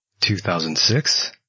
2006